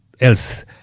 else